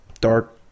dark